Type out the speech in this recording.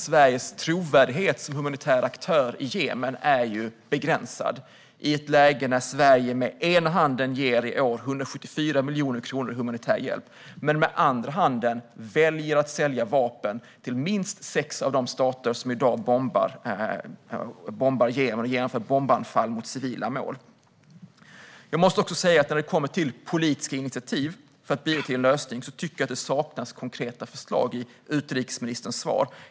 Sveriges trovärdighet som humanitär aktör i Jemen är dock begränsad. Samtidigt som vi i år ger 174 miljoner kronor i humanitär hjälp väljer vi att med andra handen sälja vapen till minst sex av de stater som genomför bombanfall mot civila mål i Jemen. När det kommer till politiska initiativ för att bidra till en lösning tycker jag att det saknas konkreta förslag i utrikesministerns svar.